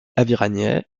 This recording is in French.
aviragnet